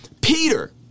Peter